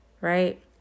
right